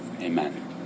Amen